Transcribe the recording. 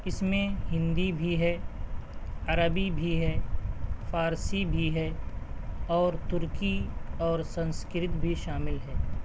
اس میں ہندی بھی ہے عربی بھی ہے فارسی بھی ہے اور ترکی اور سنسکرت بھی شامل ہے